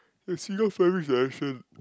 the seagull fly which direction